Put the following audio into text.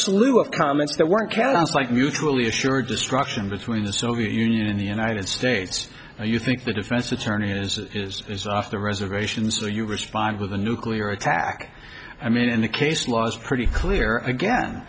slew of comments that were cast like mutually assured destruction between the soviet union and the united states you think the defense attorney is is is off the reservation so you respond with a nuclear attack i mean in the case law is pretty clear again